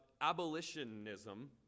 abolitionism